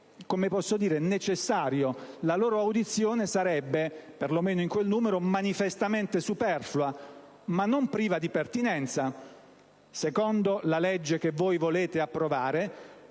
sarebbe necessario. La loro audizione sarebbe, per lo meno in quel numero, manifestamente superflua, ma non priva di pertinenza. Secondo la legge che voi volete approvare,